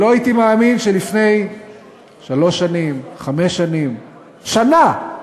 שלא הייתי מאמין שלפני שלוש שנים, חמש שנים, שנה,